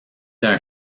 d’un